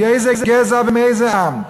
מאיזה גזע ומאיזה עם,